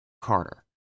Carter